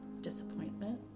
disappointment